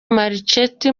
marchetti